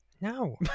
No